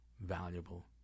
valuable